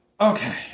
Okay